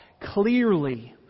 clearly